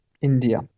India